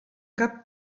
cap